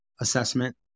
assessment